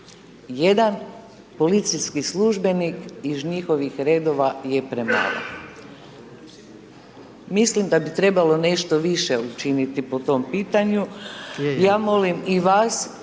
Jedan policijski službenik iz njihovih redova je premalo. Mislim da bi trebalo nešto više učiniti po tom pitanju. Ja molim i vas,